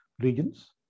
regions